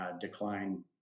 decline